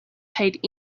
paid